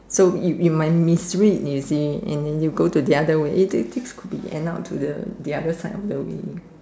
so you might miss read you see and than you go to the other way than things could be end up to the other side of the way